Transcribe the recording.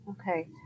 Okay